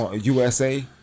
USA